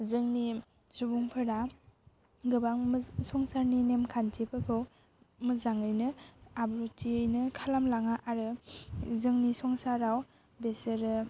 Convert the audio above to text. जोंनि सुबुंफोरा गोबां संसारनि नेमखान्थिफोरखौ मोजाङैनो आब्रुथियैनो खालामलाङा आरो जोंनि संसाराव बेसोरो